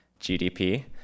GDP